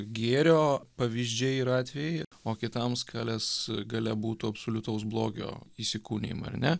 gėrio pavyzdžiai ir atvejai o kitam skalės gale būtų absoliutaus blogio įsikūnijimai ar ne